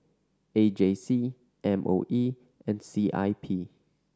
A J C M O E and C I P